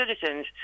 citizens